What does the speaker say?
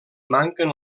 manquen